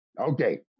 Okay